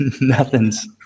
nothing's